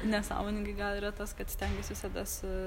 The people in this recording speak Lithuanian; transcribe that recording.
nesąmoningai gal yra tas kad stengiuos visada su